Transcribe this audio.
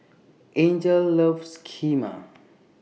Angel loves Kheema